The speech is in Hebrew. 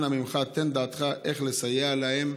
אנא ממך, תן דעתך איך לסייע להם.